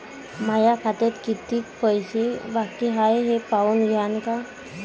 माया खात्यात कितीक पैसे बाकी हाय हे पाहून द्यान का?